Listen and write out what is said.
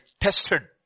tested